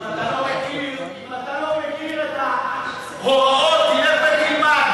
אם אתה לא מכיר את ההוראות, תלך ותלמד.